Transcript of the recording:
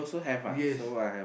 yes